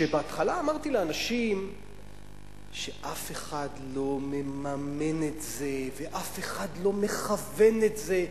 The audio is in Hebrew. בהתחלה כשאמרתי לאנשים שאף אחד לא מממן את זה ואף אחד לא מכוון את זה,